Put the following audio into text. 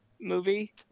movie